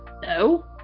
No